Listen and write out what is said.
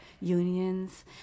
unions